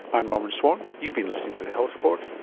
i'm norman swan, you've been listening to the health report,